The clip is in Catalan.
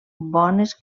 bones